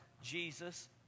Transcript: Jesus